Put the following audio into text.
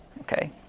okay